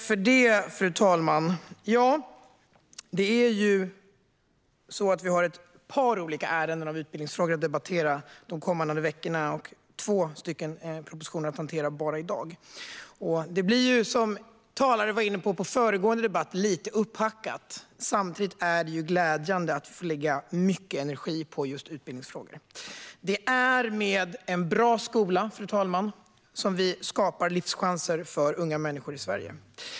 Fru talman! Vi har ett par olika ärenden gällande utbildningsfrågor att debattera de kommande veckorna och två propositioner att hantera bara i dag. Det blir, som någon talare var inne på i föregående debatt, lite upphackat. Samtidigt är det glädjande att få lägga mycket energi på utbildningsfrågor. Det är, fru talman, med en bra skola som vi skapar livschanser för unga människor i Sverige.